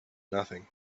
nothing